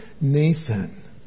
Nathan